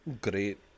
Great